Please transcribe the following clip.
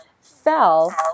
fell